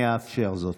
אני אאפשר זאת.